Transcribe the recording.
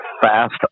fast